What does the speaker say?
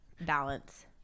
balance